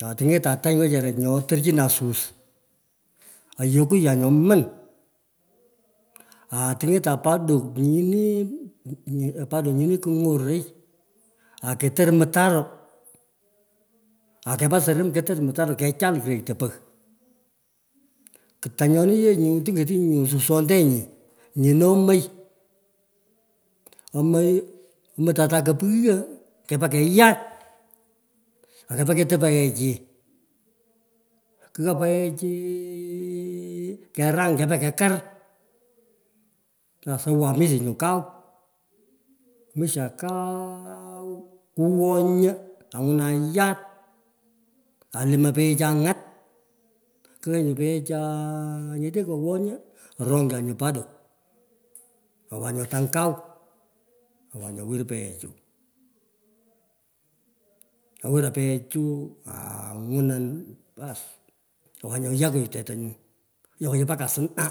Nyo otingetare tany wechara nyo, etorichinan susi, ayokuyan nyoman. Aa, tunyetan paddock nyini, nyini kungoroi, aketori mtaro akepa surum. Ketoror mtaro, kechal kuroyto pagh. Ku tanyoni, ye nyu, tinget suswontenyi, nyino omoi. Omoi tatako, pighyo, kepa keyat, akepa keto penyechi, kughaa [egheechiii, karany kepa karar. Kosuwan mishenyi nyu kau, mwishaa kaauu, kuwonyi anguna yat aliman peghecha nyat kughaa nyu pegheechaii, nyete kewonyi orongchan nyu paddock owan nyu tang kau, owan nyu ewir pegheechu. Owiran pegheechu, aa ngwonan, bass, awanyu, yakar tetangu, yakuyon mpaka asna.